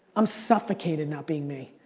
i'm suffocated not being me.